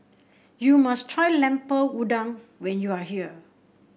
you must try Lemper Udang when you are here